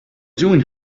doing